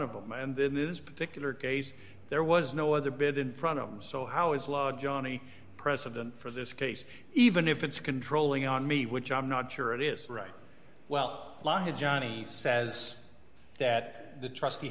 them and then this particular case there was no other bit in front of them so how is log johnny precedent for this case even if it's controlling on me which i'm not sure it is right well johnny says that the trust